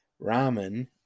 ramen